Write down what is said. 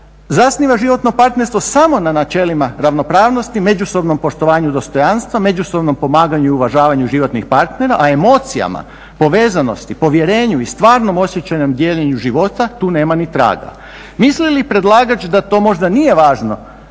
zasniva životno partnerstvo samo na načelima ravnopravnosti, međusobnom poštovanju dostojanstva, međusobnom pomaganju i uvažavanju životnih partnera, a emocijama, povezanosti, povjerenju i stvarnom osjećajnom dijeljenju života tu nema ni traga. Misli li predlagač da to možda nije važno